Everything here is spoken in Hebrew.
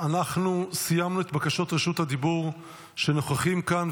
סיימנו את בקשות רשות הדיבור של הנוכחים כאן.